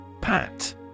PAT